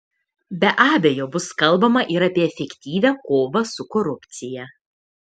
be abejo bus kalbama ir apie efektyvią kovą su korupcija